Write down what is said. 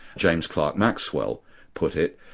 james clerk maxwell put it,